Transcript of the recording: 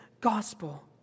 gospel